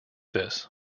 this